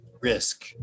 risk